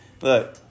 Look